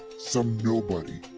some nobody,